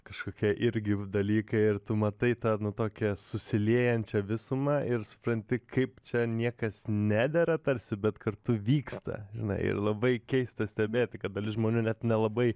kažkokie irgi dalykai ir tu matai tą nu tokią susiliejančią visumą ir supranti kaip čia niekas nedera tarsi bet kartu vyksta žinai ir labai keista stebėti kad dalis žmonių net nelabai